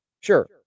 Sure